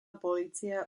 polícia